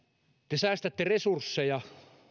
te säästätte resursseja